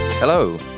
Hello